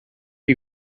you